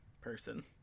person